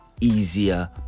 easier